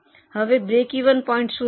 હવે breakeven point શું છે